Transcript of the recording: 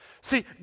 See